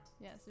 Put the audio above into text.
yes